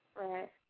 right